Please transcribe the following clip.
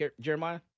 Jeremiah